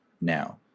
now